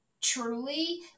truly